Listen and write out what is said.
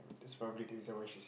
that's probably the reason why she's